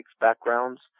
backgrounds